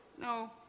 No